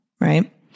right